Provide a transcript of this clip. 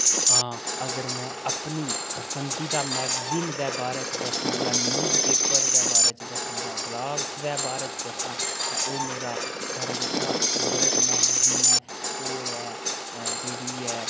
आं अगर में अपनी पसंदीदा मैगजीन दे बारै च दस्सां जां न्यूज़ पेपर दे बारै च दस्सां जां ब्लागस दे बारै च दस्सां तां ओह् मेरा सारे कशा फेवरेट मैगजीन ऐ ओह् ऐ जेह्ड़ी ऐ